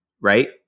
right